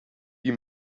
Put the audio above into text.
die